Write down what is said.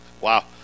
Wow